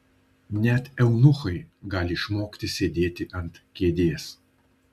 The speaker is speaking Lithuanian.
net eunuchai gali išmokti sėdėti ant kėdės